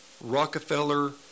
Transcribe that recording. Rockefeller